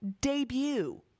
debut